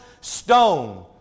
stone